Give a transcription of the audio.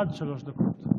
עד שלוש דקות.